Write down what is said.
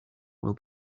will